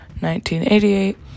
1988